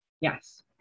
Yes